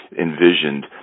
envisioned